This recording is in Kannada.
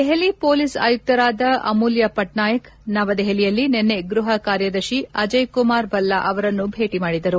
ದೆಹಲಿ ಪೊಲೀಸ್ ಆಯುಕ್ತರಾದ ಅಮುಲ್ನಾ ಪಾಟ್ನಾಯಕ್ ನವದೆಹಲಿಯಲ್ಲಿ ನಿನ್ನೆ ಗ್ಲಪ ಕಾರ್ಯದರ್ಶಿ ಅಜಯ್ ಕುಮಾರ್ ಭಲ್ಲಾ ಅವರನ್ನು ಭೇಟಿ ಮಾಡಿದ್ದರು